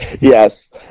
yes